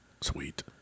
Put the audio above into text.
sweet